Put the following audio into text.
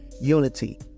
unity